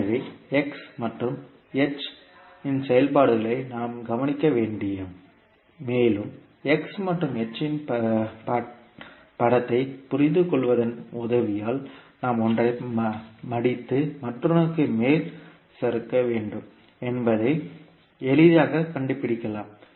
எனவே x மற்றும் h செயல்பாடுகளை நாம் கவனிக்க வேண்டும் மேலும் x மற்றும் h இன் படத்தை புரிந்துகொள்வதன் உதவியால் நாம் ஒன்றை மடித்து மற்றொன்றுக்கு மேல் சறுக்க வேண்டும் என்பதை எளிதாகக் கண்டுபிடிக்கலாம்